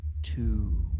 Two